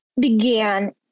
began